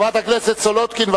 חברת הכנסת סולודקין.